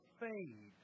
fade